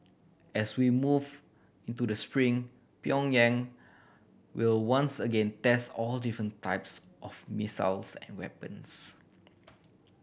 as we move into the spring Pyongyang will once again test all different types of missiles and weapons